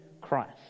Christ